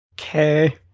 Okay